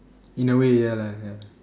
in a way ya